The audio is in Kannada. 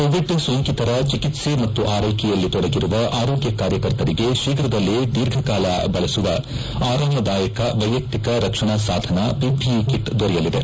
ಕೋವಿಡ್ ಸೋಂಕಿತರ ಚಿಕಿತ್ಸೆ ಮತ್ತು ಆರ್ನೆಕೆಯಲ್ಲಿ ತೊಡಗಿರುವ ಆರೋಗ್ಗ ಕಾರ್ಯಕರ್ತರಿಗೆ ಶೀಘ್ರದಲ್ಲೇ ದೀರ್ಘಕಾಲ ಬಳಸುವ ಆರಾಮದಾಯಕ ವ್ಯೆಯಕ್ತಿಕ ರಕ್ಷಣಾ ಸಾಧನ ಪಿಪಿಇ ಕಿಟ್ ದೊರೆಯಲಿದೆ